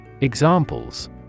Examples